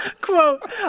Quote